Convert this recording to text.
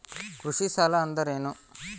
ಕೃಷಿ ಸಾಲ ಅಂದರೇನು?